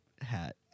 hat